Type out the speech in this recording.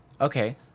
Okay